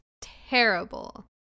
terrible